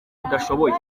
udashoboye